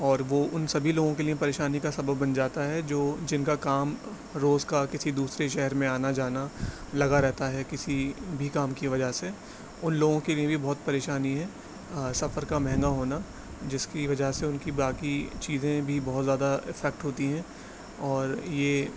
اور وہ ان سبھی لوگوں کے لیے پریشانی کا سبب بن جاتا ہے جو جن کا کام روز کا کسی دوسرے شہر میں آنا جانا لگا رہتا ہے کسی بھی کام کی وجہ سے ان لوگوں کے لیے بھی بہت پریشانی ہے سفر کا مہنگا ہونا جس کی وجہ سے ان کی باقی چیزیں بھی بہت زیادہ افیکٹ ہوتی ہیں اور یہ